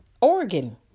Oregon